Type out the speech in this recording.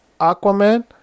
Aquaman